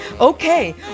Okay